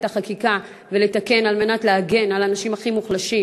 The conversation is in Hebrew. החקיקה ולתקן על מנת להגן על האנשים הכי מוחלשים,